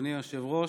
אדוני היושב-ראש,